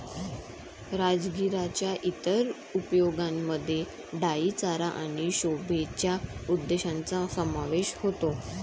राजगिराच्या इतर उपयोगांमध्ये डाई चारा आणि शोभेच्या उद्देशांचा समावेश होतो